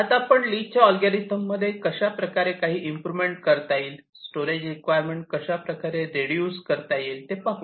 आता आपण ली च्या अल्गोरिदममध्ये कशाप्रकारे काही इम्प्रोवमेंट करता येईल स्टोरेज रिक्वायरमेंट कशाप्रकारे रेडूस करता येतील ते पाहू